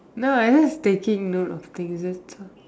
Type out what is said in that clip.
no I just taking note of things just talk